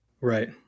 right